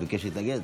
ביקש להתנגד?